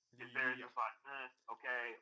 Okay